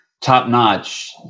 top-notch